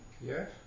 Yes